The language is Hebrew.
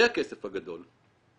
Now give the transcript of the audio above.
זה הכסף הגדול.